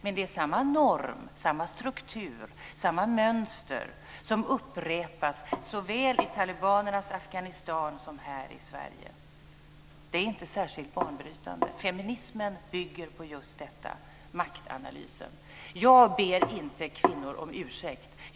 Men det är samma norm, samma struktur och samma mönster som upprepas såväl i talibanernas Afghanistan som här i Sverige. Det är inte särskilt banbrytande. Feminismen bygger på just detta - Jag ber inte kvinnor om ursäkt.